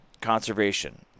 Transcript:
conservation